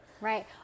Right